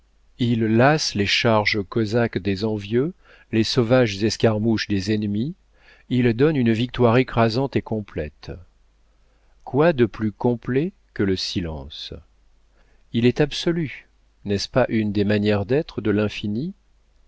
il lasse les charges cosaques des envieux les sauvages escarmouches des ennemis il donne une victoire écrasante et complète quoi de plus complet que le silence il est absolu n'est-ce pas une des manières d'être de l'infini